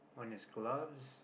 when is gloves